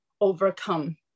overcome